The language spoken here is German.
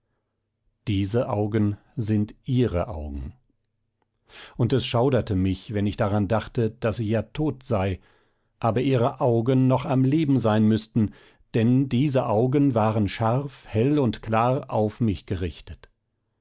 diese augen sind ihre augen und es schauderte mich wenn ich daran dachte daß sie ja tot sei aber ihre augen noch am leben sein müßten denn diese augen waren scharf hell und klar auf mich gerichtet